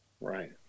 Right